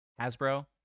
Hasbro